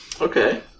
Okay